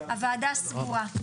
הוועדה סגורה.